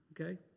Okay